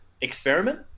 experiment